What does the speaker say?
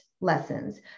lessons